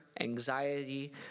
anxiety